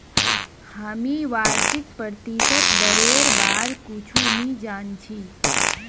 हामी वार्षिक प्रतिशत दरेर बार कुछु नी जान छि